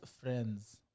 friends